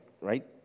Right